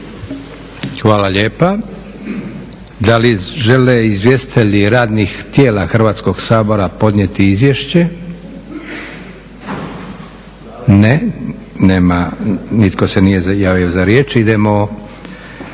Hvala lijepa. Da li žele izvjestitelji radnih tijela Hrvatskog sabora podnijeti izvješće? Ne, nitko se nije javio za riječ. Idemo